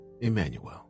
Emmanuel